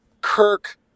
Kirk